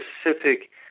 specific